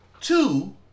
Two